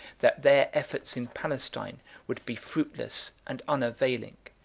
that their efforts in palestine would be fruitless and unavailing,